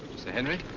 sir henry.